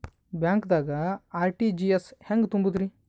ಬ್ಯಾಂಕ್ದಾಗ ಆರ್.ಟಿ.ಜಿ.ಎಸ್ ಹೆಂಗ್ ತುಂಬಧ್ರಿ?